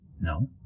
No